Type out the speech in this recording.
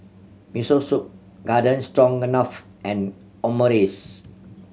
Miso Soup Garden Stroganoff and Omurice